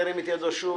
ירים את ידו שוב.